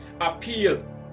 appeal